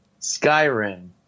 Skyrim